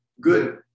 good